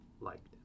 liked